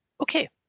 okay